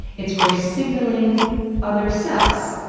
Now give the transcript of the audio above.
it's for signaling other cells.